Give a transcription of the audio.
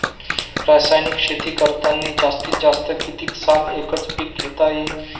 रासायनिक शेती करतांनी जास्तीत जास्त कितीक साल एकच एक पीक घेता येईन?